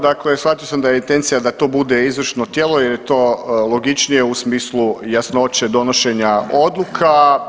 Dakle shvatio sam da je intencija da to bude izvršno tijelo jer je to logičnije u smislu jasnoće donošenja odluka.